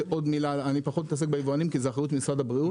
אני פחות מתעסק ביבואנים כי זה באחריות משרד הבריאות.